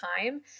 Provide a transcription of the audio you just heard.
time